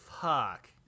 fuck